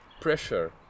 pressure